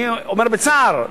אני אומר בצער,